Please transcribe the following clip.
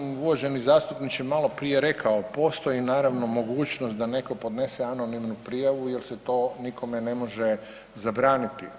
Kao što sam uvaženi zastupniče maloprije rekao, postoji naravno mogućnost da neko podnese anonimnu prijavu jel se to nikome ne može zabraniti.